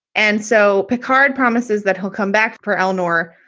and so picard promises that he'll come back. poor eleanor.